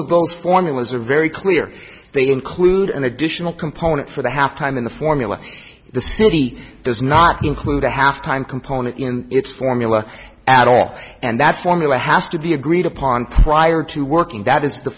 those formulas are very clear they include an additional component for the halftime in the formula the city does not include a half time component in its formula at all and that's one of the has to be agreed upon prior to working that is the